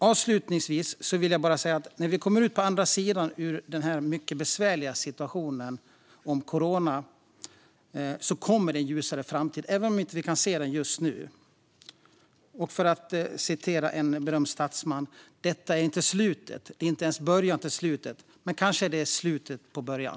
Avslutningsvis vill jag säga att när vi kommer ut på andra sidan ur den mycket besvärliga situation som coronaviruset har försatt oss i kommer det att bli en ljusare framtid - även om vi inte kan se den just nu. Låt mig hänvisa till en berömd statsman: Detta är inte slutet. Det är inte ens början till slutet. Men kanske är det slutet på början.